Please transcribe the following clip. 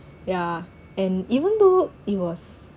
yeah and even though it was